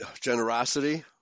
generosity